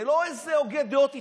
זה לא הוגה דעות עיתונאי.